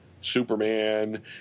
Superman